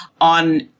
on